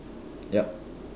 yup